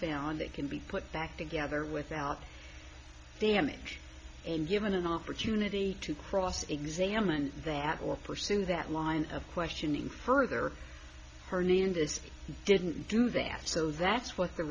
found it can be put back together without damage and given an opportunity to cross examine that or pursue that line of questioning further hernandez didn't do that so that's what the